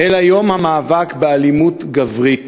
אלא "יום המאבק באלימות גברית".